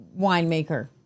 winemaker